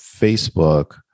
Facebook